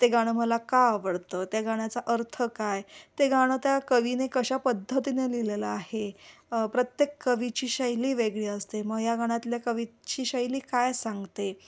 ते गाणं मला का आवडतं त्या गाण्याचा अर्थ काय ते गाणं त्या कवीने कशा पद्धतीने लिहिलेलं आहे प्रत्येक कवीची शैली वेगळी असते मग या गाण्यातल्या कवीची शैली काय सांगते